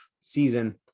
season